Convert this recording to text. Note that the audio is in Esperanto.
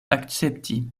akcepti